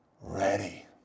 ready